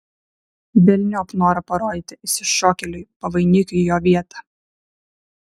velniop norą parodyti išsišokėliui pavainikiui jo vietą